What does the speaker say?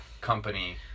company